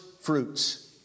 fruits